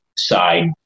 side